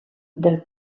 del